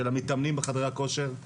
של המתאמנים בחדרי הכושר,